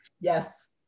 Yes